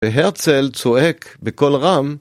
והרצל צועק בכל רם